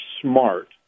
smart